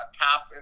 Top